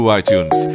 iTunes